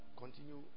continue